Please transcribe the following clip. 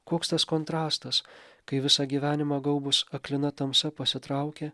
koks tas kontrastas kai visą gyvenimą gaubus aklina tamsa pasitraukė